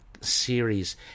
series